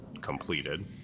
completed